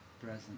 present